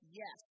yes